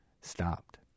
stopped